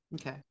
Okay